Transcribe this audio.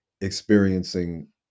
experiencing